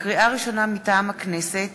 לקריאה ראשונה, מטעם הכנסת: